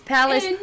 Palace